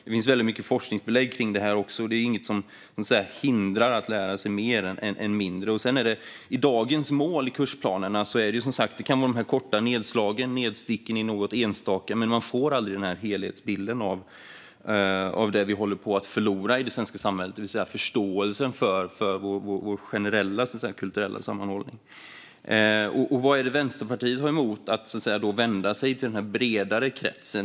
Det finns väldigt mycket forskningsbelägg för detta, och det finns ingenting som hindrar att människor lär sig mer i stället för mindre. I dagens mål i kursplanerna kan det finnas korta nedslag och stickprov i något enstaka, men man får aldrig en helhetsbild av det vi håller på att förlora i det svenska samhället - förståelsen för vår generella kulturella sammanhållning. Vad är det Vänsterpartiet har emot att vända sig till den bredare kretsen?